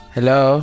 Hello